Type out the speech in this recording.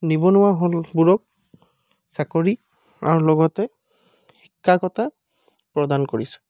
নিবনুৱা মানুহবোৰক চাকৰি আৰু লগতে শিক্ষাগতা প্ৰদান কৰিছে